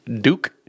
Duke